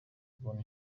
kubona